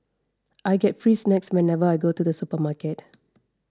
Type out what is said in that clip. I get free snacks whenever I go to the supermarket